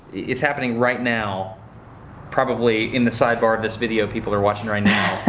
it's happening right now probably in the sidebar of this video people are watching right now,